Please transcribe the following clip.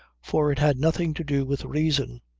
for it had nothing to do with reason.